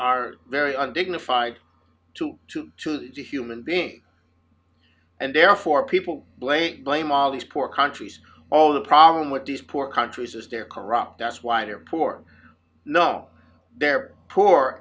are very undignified to to to to human being and therefore people blame blame all these poor countries all the problem with these poor countries is they're corrupt that's why they're poor no they're poor